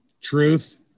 Truth